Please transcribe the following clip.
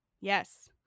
Yes